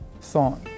thought